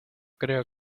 creo